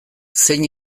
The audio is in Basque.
zein